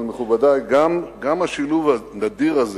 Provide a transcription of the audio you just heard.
אבל, מכובדי, גם השילוב הנדיר הזה